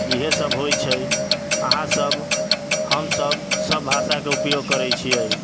इएहसब होइ छै अहाँसब हमसब सब भाषाके उपयोग करै छिए